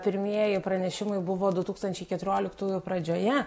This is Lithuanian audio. pirmieji pranešimai buvo du tūkstančiai keturioliktųjų pradžioje